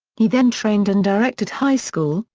he then trained and directed high school,